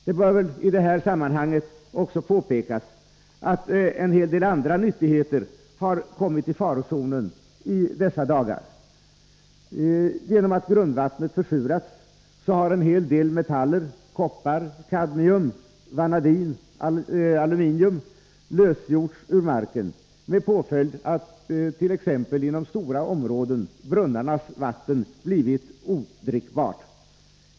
Det bör i detta sammanhang också påpekas att en hel del andra nyttigheter har kommit i farozonen i dessa dagar. Genom att grundvattnet försurats har en hel del metaller, koppar, kadmium, vanadin, aluminium m.fl., lösgjorts ur marken med påföljd t.ex. att inom stora områden brunnarnas vatten har blivit odrickbart.